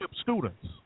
students